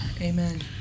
Amen